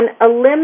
eliminate